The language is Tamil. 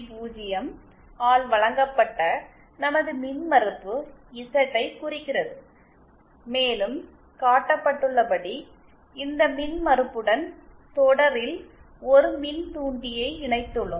0 ஆல் வழங்கப்பட்ட நமது மின்மறுப்பு இசட் ஐக் குறிக்கிறது மேலும் காட்டப்பட்டுள்ளபடி இந்த மின்மறுப்புடன் தொடரில் ஒரு மின்தூண்டியை இணைத்துள்ளோம்